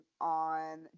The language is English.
on